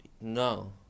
no